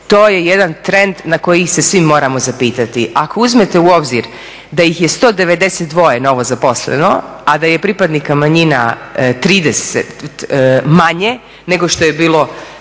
to je jedan trend na koji se svi moramo zapitati. Ako uzmete u obzir da ih je 192 novo zaposleno, a da je pripadnika manjina 30 manje nego što je bilo